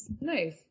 Nice